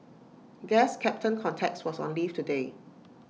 guess captain context was on leave today